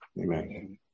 Amen